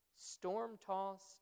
storm-tossed